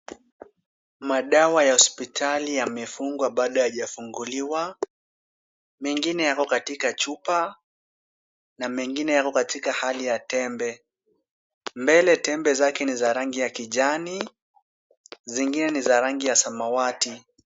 Madawa ya hospitali yamefungwa bado hayajafunguliwa. Mengine yako katika chupa na mengine yako katika hali ya tembe. Mbele tembe zake ni za rangi ya kijani, zingine ni za rangi ya samawati.